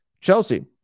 Chelsea